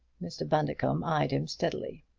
mr. bundercombe eyed him steadily.